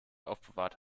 aufbewahrt